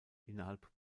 innerhalb